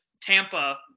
Tampa